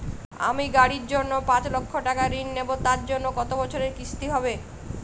আমি গাড়ির জন্য পাঁচ লক্ষ টাকা ঋণ নেবো তার জন্য কতো বছরের কিস্তি হবে?